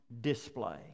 display